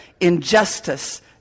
injustice